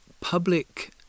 public